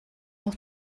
noch